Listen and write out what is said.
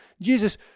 Jesus